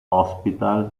hospital